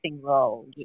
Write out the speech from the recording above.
role